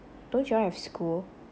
don't y'all have school